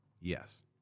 Yes